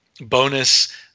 Bonus